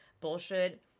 bullshit